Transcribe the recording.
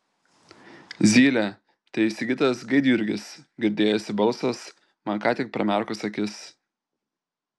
zylė tai sigitas gaidjurgis girdėjosi balsas man ką tik pramerkus akis